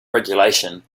regulation